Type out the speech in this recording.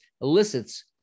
elicits